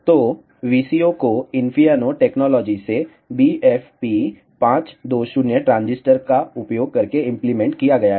तो VCO को Infineon technology से BFP520 ट्रांजिस्टर का उपयोग करके इंप्लीमेंट किया गया है